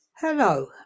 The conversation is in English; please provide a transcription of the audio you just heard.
Hello